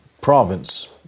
province